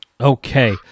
Okay